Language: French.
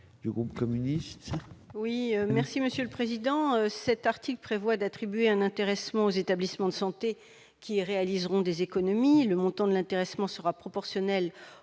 le groupe communiste. Oui, merci Monsieur le Président, cet article prévoit d'attribuer un intéressement aux établissements de santé qui réaliseront des économies, le montant de l'intéressement sera proportionnelle aux